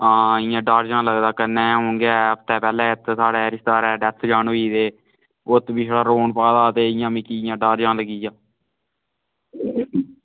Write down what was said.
हां इ'यां डर जन लगदा कन्नै हून गै हफ्ता पैह्ले इत्थै साढ़ै रिश्तेदारें दे डेथ जन होई ते उत्त पिच्छें रौन पाए दा हा ते इ'यां मिगी इ'यां डर जन लग्गी गेआ